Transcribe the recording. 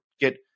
get